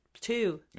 two